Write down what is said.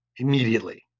Immediately